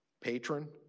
patron